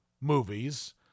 movies